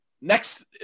next